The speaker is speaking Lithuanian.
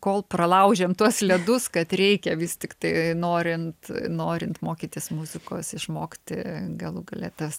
kol pralaužėm tuos ledus kad reikia vis tiktai norint norint mokytis muzikos išmokti galų gale tas